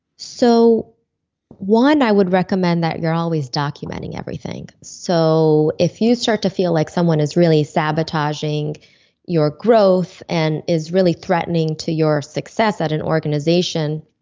so one, i would recommend that you're always documenting everything. so if you start to feel like someone is really sabotaging your growth and is really threatening to your success at an organization,